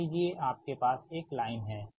मान लीजिए आपके पास एक लाइन है